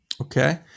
Okay